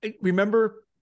Remember